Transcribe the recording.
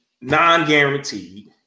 non-guaranteed